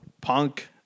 punk